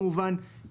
כמובן,